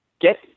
get